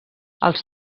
els